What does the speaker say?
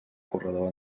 corredor